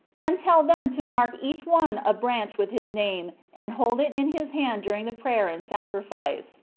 and tell them to mark each one a branch with his name and hold it in his hand during the prayer and sacrifice.